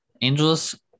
Angels